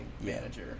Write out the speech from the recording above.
manager